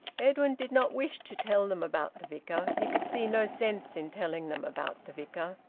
edwin did not wish to tell them about the vicar. he could see no sense in telling them about the vicar.